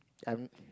tell me